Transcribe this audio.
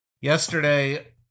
Yesterday